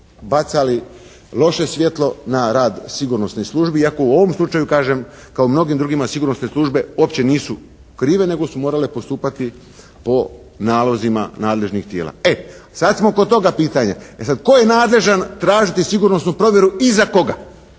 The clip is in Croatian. bacali loše svijetlo na rad sigurnosnih službi iako u ovom slučaju kažem kao mnogim drugima sigurnosne službe uopće nisu krive, nego su morale postupati po nalozima nadležnih tijela. E sad smo kod toga pitanja. E sad tko je nadležan tražiti sigurnosnu provjeru i za koga?